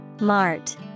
Mart